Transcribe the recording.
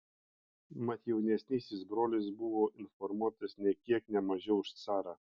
mat jaunesnysis brolis buvo informuotas nė kiek ne mažiau už carą